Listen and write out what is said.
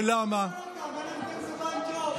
זה לא מעניין אותם אלא אם כן זה בא עם ג'וב.